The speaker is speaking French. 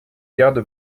garde